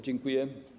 Dziękuję.